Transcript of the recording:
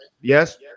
Yes